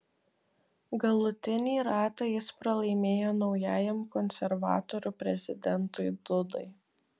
galutinį ratą jis pralaimėjo naujajam konservatorių prezidentui dudai